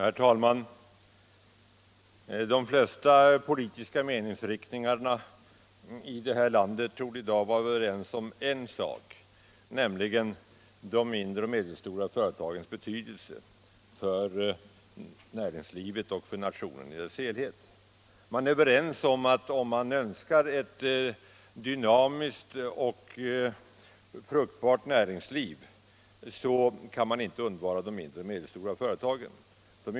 Herr talman! De flesta politiska meningsriktningarna i det här landet torde i dag vara överens om en sak, nämligen de mindre och medelstora företagens betydelse för näringslivet och för nationen i dess helhet. Man är överens om att om man önskar ett dynamiskt och fruktbart näringsliv, så kan man inte undvara de mindre och medelstora företagen.